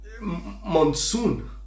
monsoon